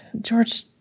George